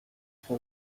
for